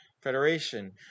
Federation